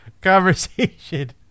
conversation